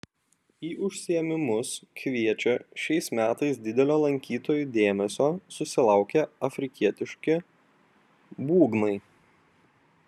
į užsiėmimus kviečia šiais metais didelio lankytojų dėmesio susilaukę afrikietiški būgnai